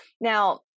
Now